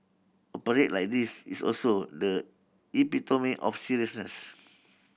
a parade like this is also the epitome of seriousness